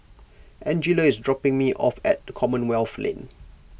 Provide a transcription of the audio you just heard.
Angella is dropping me off at Commonwealth Lane